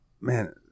Man